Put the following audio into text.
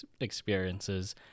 experiences